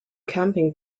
camping